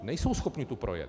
Nejsou schopni tu projet.